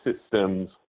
systems